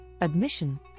admission